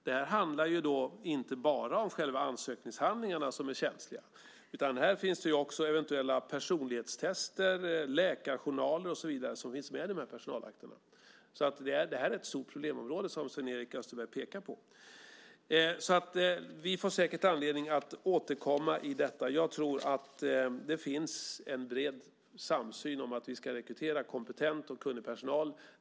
Det här handlar inte bara om själva ansökningshandlingarna, som är känsliga, utan det finns också eventuella personlighetstester, läkarjournaler och så vidare med i personalakterna. Det är ett stort problemområde som Sven-Erik Österberg pekar på. Vi får säkert anledning att återkomma till detta. Jag tror att det finns en bred samsyn om att vi ska rekrytera kompetent och kunnig personal.